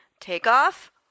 takeoff